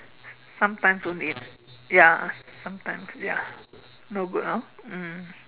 sometimes only ya sometimes ya no good hor mm